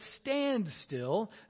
standstill